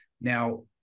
Now